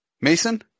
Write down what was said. Mason